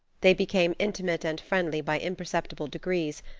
they became intimate and friendly by imperceptible degrees,